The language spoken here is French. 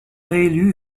réélu